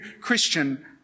Christian